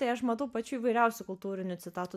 tai aš matau pačių įvairiausių kultūrinių citatų